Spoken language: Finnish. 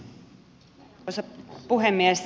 arvoisa puhemies